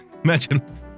Imagine